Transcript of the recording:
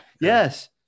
Yes